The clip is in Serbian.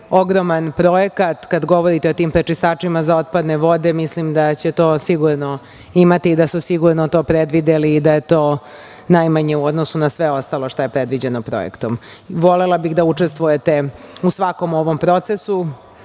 ogroman projekat, kada govorite o prečistačima za otpadne vode, mislim da će to sigurno imati i da su to predvideli i da je to najmanje u odnosu na sve ostalo što je predviđeno projektom. Volela bih da učestvujete u svakom ovom procesu,